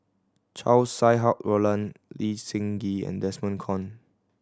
Chow Sau Hai Roland Lee Seng Gee and Desmond Kon